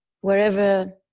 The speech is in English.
wherever